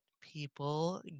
people